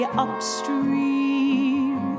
upstream